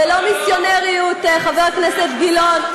זה לא מיסיונריות, חבר הנכנסת גילאון.